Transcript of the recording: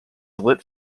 lit